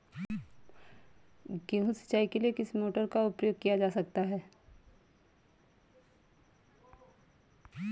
गेहूँ सिंचाई के लिए किस मोटर का उपयोग किया जा सकता है?